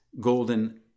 golden